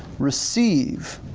receive,